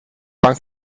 bank